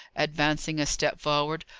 advancing a step forward.